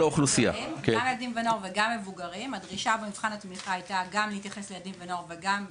הדרישה במבחן התמיכה הייתה להתייחס גם לילדים ונוער וגם למבוגרים.